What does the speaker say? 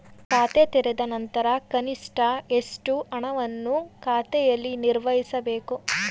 ಖಾತೆ ತೆರೆದ ನಂತರ ಕನಿಷ್ಠ ಎಷ್ಟು ಹಣವನ್ನು ಖಾತೆಯಲ್ಲಿ ನಿರ್ವಹಿಸಬೇಕು?